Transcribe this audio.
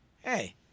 hey